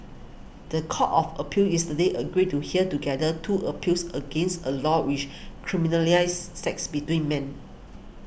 the Court of Appeal yesterday agreed to hear together two appeals against a law which criminalises sex between men